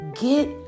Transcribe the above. Get